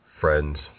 friends